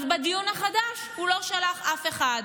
אז בדיון החדש הוא לא שלח אף אחד.